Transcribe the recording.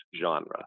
genre